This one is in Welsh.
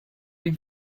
ein